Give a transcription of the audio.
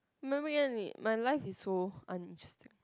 my weekend is my life is so uninteresting